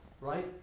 Right